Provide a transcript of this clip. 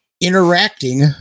interacting